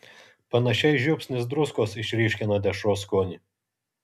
panašiai žiupsnis druskos išryškina dešros skonį